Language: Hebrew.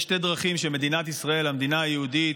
יש שתי דרכים שמדינת ישראל, המדינה היהודית,